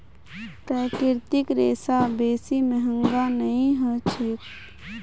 प्राकृतिक रेशा बेसी महंगा नइ ह छेक